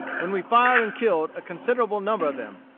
when we fired and killed a considerable number of them.